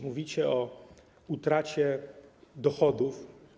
Mówicie o utracie dochodów.